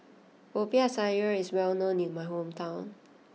Popiah Sayur is well known in my hometown